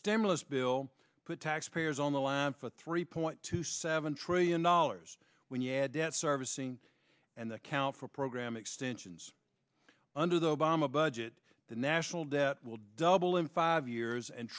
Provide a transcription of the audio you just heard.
stimulus bill put taxpayers on the line for three point two seven trillion dollars when you add debt servicing and the count for a program extensions under the obama budget the national debt will double in five years and